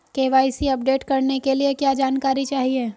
KYC update करने के लिए क्या जानकारी चाहिए?